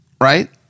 right